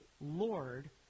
Lord